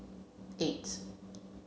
eight